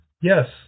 yes